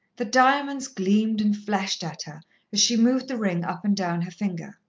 the diamonds gleamed and flashed at her as she moved the ring up and down her finger.